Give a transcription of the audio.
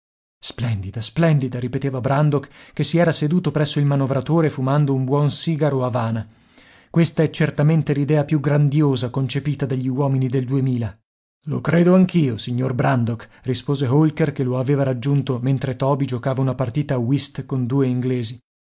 splendida splendida ripeteva brandok che si era seduto presso il manovratore fumando un buon sigaro avana questa è certamente l'idea più grandiosa concepita dagli uomini del duemila lo credo anch'io signor brandok rispose holker che lo aveva raggiunto mentre toby giocava una partita a whist con due inglesi